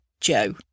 Joe